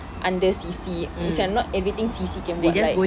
under C_C macam not everything C_C can buat right